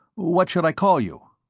what should i call you?